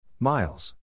Miles